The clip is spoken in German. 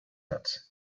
hat